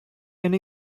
and